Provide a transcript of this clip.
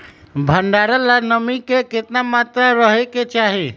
भंडारण ला नामी के केतना मात्रा राहेके चाही?